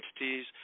entities